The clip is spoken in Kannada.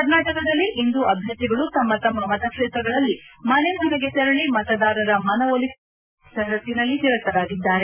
ಕರ್ನಾಟಕದಲ್ಲಿ ಇಂದು ಅಭ್ಞರ್ಥಿಗಳು ತಮ್ಮ ತಮ್ಮ ಮತಕ್ಷೇತ್ರಗಳಲ್ಲಿ ಮನೆ ಮನೆಗೆ ತೆರಳಿ ಮತದಾರರ ಮನವೊಲಿಕೆಯ ಕೊನೆಯ ಪಂತದ ಕಸರತ್ತಿನಲ್ಲಿ ನಿರತರಾಗಿದ್ದಾರೆ